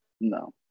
No